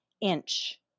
inch